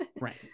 Right